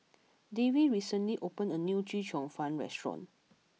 Davie recently opened a new Chee Cheong Fun restaurant